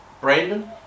Brandon